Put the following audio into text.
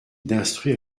d’instruire